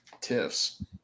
tiffs